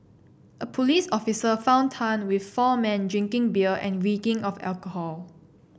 a police officer found Tang with four men drinking beer and reeking of alcohol